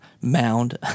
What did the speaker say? mound